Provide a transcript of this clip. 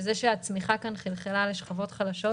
שהצמיחה כאן חלחלה לשכבות חלשות,